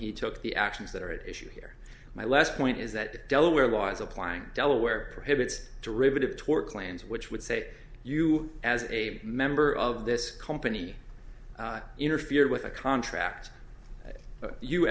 he took the actions that are at issue here my last point is that delaware was applying delaware prohibits derivative tort plans which would say you as a member of this company interfered with a contract